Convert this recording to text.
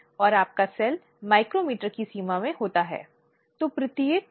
और इस समय समिति यह तय करेगी कि वे कैसे आगे बढ़ना चाहते हैं